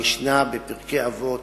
המשנה בפרקי אבות,